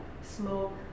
smoke